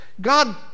God